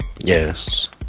Yes